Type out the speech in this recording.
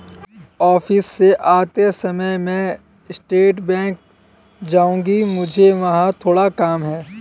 office से आते समय मैं स्टेट बैंक जाऊँगी, मुझे वहाँ थोड़ा काम है